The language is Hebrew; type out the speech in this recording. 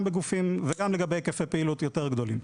וגם לגבי היקפי פעילות יותר גדולים.